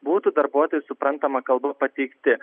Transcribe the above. būtų darbuotojui suprantama kalba pateikti